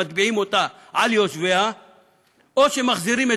מטביעים אותה על יושביה או שמחזירים את